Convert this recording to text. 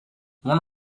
one